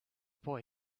boy